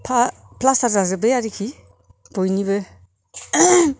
plaster जाजोब्बाय आरोखि बयनिबो